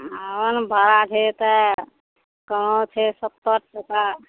आबऽ ने भाड़ा छै एतए कहुँ छै सत्तरि टका